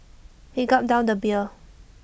he gulped down the beer